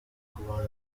kubona